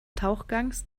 tauchgangs